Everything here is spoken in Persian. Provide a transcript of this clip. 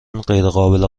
غیرقابل